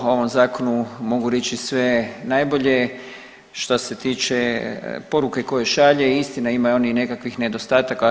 O ovom zakonu mogu reći sve najbolje što se tiče poruke koju šalje istina, ima on i nekakvih nedostataka.